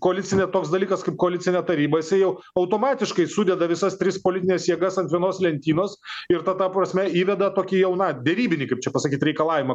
koalicinė toks dalykas kaip koalicinė taryba jisai jau automatiškai sudeda visas tris politines jėgas ant vienos lentynos ir ta ta prasme įveda tokį jau na derybinį kaip čia pasakyti reikalavimą